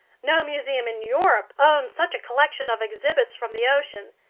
no museum in europe owns such a collection of exhibits from the ocean.